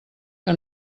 que